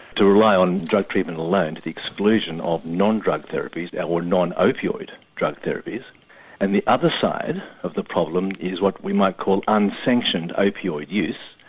to rely on drug treatment alone to the exclusion of non-drug therapies that were non-opioid drug therapies and the other side of the problem is what we might call unsanctioned opioid use,